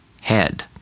Head